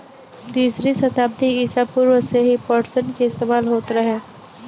तीसरी सताब्दी ईसा पूर्व से ही पटसन के इस्तेमाल होत रहे